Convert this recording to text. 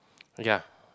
ya